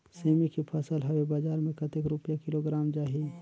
सेमी के फसल हवे बजार मे कतेक रुपिया किलोग्राम जाही?